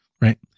Right